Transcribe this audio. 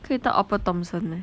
可以到 upper thomson